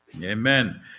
Amen